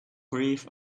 grief